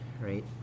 right